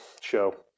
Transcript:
show